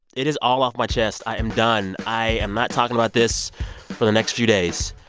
it is all off my chest. i am done. i am not talking about this for the next few days.